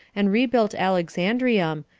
and rebuilt alexandrium,